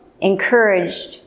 encouraged